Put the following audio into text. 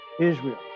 Israel